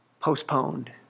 Postponed